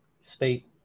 speak